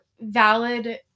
valid